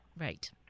Right